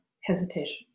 hesitation